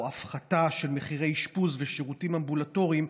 הפחתה של מחירי אשפוז ושירותים אמבולטוריים),